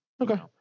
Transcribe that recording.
Okay